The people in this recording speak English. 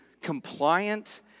compliant